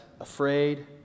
Afraid